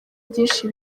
byinshi